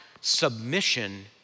submission